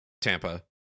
Tampa